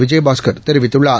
விஜயபாஸ்க் தெரிவித்துள்ளார்